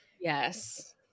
Yes